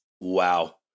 wow